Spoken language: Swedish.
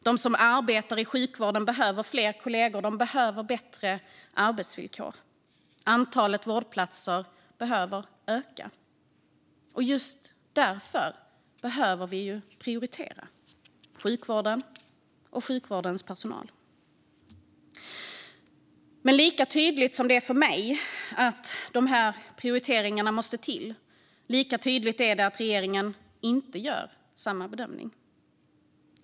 De som arbetar i sjukvården behöver fler kollegor och bättre arbetsvillkor. Antalet vårdplatser behöver öka. Och just därför behöver vi prioritera sjukvården och dess personal. Lika tydligt som det är för mig att dessa prioriteringar måste till är det att regeringen inte gör samma bedömning.